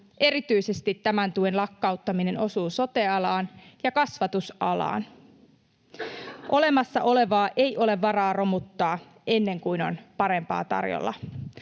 hengiltä. Tämän tuen lakkauttaminen osuu erityisesti sote-alaan ja kasvatusalaan. Olemassa olevaa ei ole varaa romuttaa ennen kuin on parempaa tarjolla.